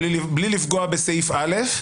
בלי לפגוע בסעיף א',